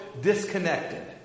disconnected